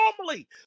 normally